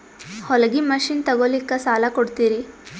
ಹೊಲಗಿ ಮಷಿನ್ ತೊಗೊಲಿಕ್ಕ ಸಾಲಾ ಕೊಡ್ತಿರಿ?